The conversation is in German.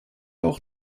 auch